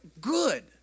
good